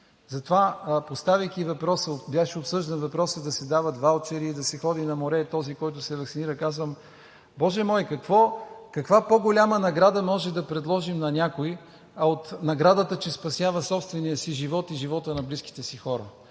Затова, поставяйки въпроса – беше обсъждан въпросът да се дават ваучери, да ходи на море, този, който се ваксинира, казвам: боже мой, каква по-голяма награда може да предложим на някой от наградата, че спасява собствения си живот и живота на близките си хора?!